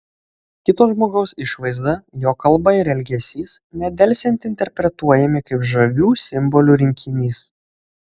kito žmogaus išvaizda jo kalba ir elgesys nedelsiant interpretuojami kaip žavių simbolių rinkinys